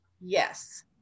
Yes